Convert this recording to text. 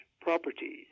properties